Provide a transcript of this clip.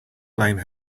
blame